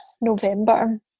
November